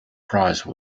prize